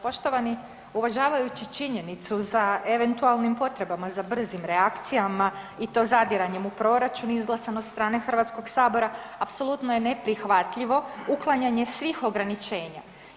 Poštovani, uvažavajući činjenicu za eventualnim potrebama za brzim reakcijama i to zadiranjem u proračun izglasan od strane Hrvatskog sabora, apsolutno je neprihvatljivo uklanjanje svih ograničenja.